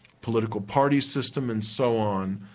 political party system and so on,